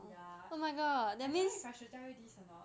ya I don't know if I should tell you this or not